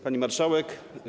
Pani Marszałek!